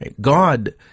God